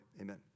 amen